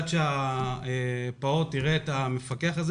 עד שהפעוט יראה את המפקח הזה,